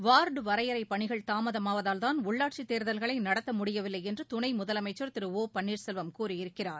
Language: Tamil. வாா்டு வரையறை பணிகள் தாமதமாவதால்தான் உள்ளாட்சித் தேர்தல்களை நடத்த முடியவில்லை என்று துணை முதலமைச்சர் திரு ஒ பன்னீர்செல்வம் கூறியிருக்கிறார்